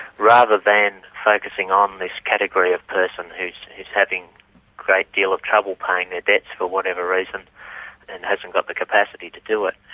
rather than focusing on this category of person who's who's having a great deal of trouble paying their debts for whatever reason and hasn't got the capacity to do it.